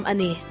Ani